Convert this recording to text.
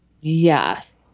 Yes